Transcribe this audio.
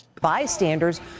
Bystanders